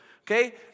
Okay